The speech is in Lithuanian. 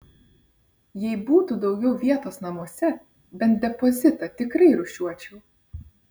jei būtų daugiau vietos namuose bent depozitą tikrai rūšiuočiau